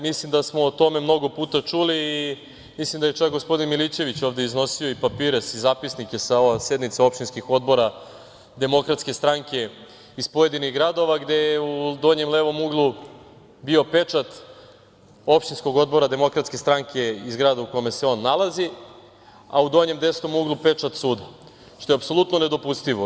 Mislim da smo o tome mnogo puta čuli i mislim da je čak gospodin, Milićeviće ovde iznosio i papire i zapisnike sa sednica opštinskih odbora DS iz pojedinih gradova gde je u donjem levom uglu bio pečat opštinskog odbora DS iz grada u kome se on nalazi, a u donjem desnom uglu pečat od suda, što je apsolutno nedopustivo.